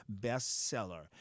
bestseller